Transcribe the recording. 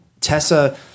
Tessa